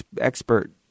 expert